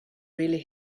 really